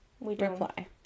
reply